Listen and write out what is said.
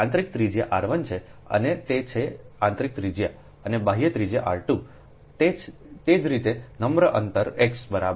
આંતરિક ત્રિજ્યા r 1 છે આ તે છે કે આંતરિક ત્રિજ્યા અને બાહ્ય ત્રિજ્યા r 2 છે તે જ રીતે નમ્ર અંતર x બરાબર